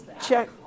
check